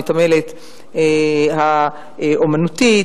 המתעמלת האמנותית,